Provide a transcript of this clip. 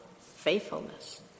faithfulness